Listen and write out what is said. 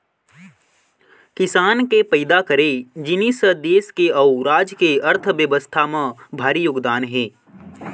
किसान के पइदा करे जिनिस ह देस के अउ राज के अर्थबेवस्था म भारी योगदान हे